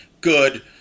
good